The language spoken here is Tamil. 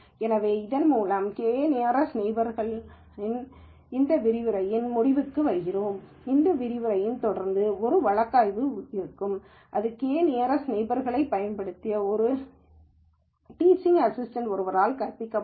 எனவே இதன் மூலம் கே நியரஸ்ட் நெய்பர்ஸ்களின் இந்த விரிவுரையின் முடிவுக்கு வருகிறோம் இந்த சொற்பொழிவைத் தொடர்ந்து ஒரு வழக்கு ஆய்வு இருக்கும் இது கே நியரஸ்ட் நெய்பர்ஸ்ட்டைப் பயன்படுத்தும் இது டீச்சிங் அசிஸ்டன்ட் ஒருவரால் கற்பிக்கப்படும்